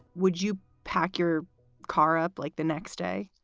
would you pack your car up like the next day?